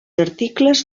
articles